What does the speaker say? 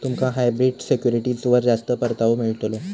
तुमका हायब्रिड सिक्युरिटीजवर जास्त परतावो मिळतलो